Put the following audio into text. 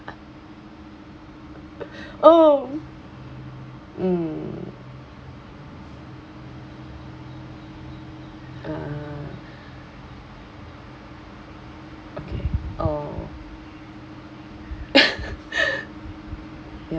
oh mm uh okay oh ya